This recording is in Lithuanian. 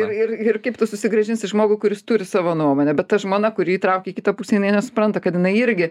ir ir ir kaip tu susigrąžinsi žmogų kuris turi savo nuomonę bet ta žmona kuri jį traukia į kitą pusę jinai nesupranta kad jinai irgi